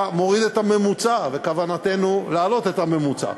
אתה מוריד את הממוצע, וכוונתנו להעלות את הממוצע.